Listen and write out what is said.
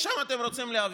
לשם אתם רוצים להוביל?